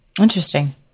Interesting